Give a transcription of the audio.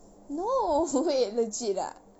no wait legit ah